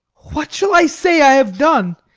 what shall i say i have done?